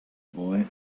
boy